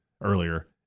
earlier